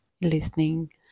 listening